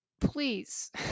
Please